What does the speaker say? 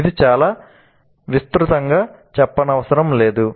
ఇది చాలా విస్తృతంగా చెప్పనవసరం లేదు